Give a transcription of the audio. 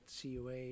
CUA